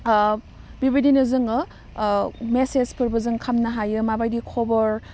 बिबादिनो जोङो मेसेसफोरबो जों खामनो हायो माबायदि खबर